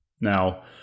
Now